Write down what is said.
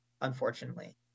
unfortunately